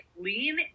lean